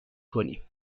کنیم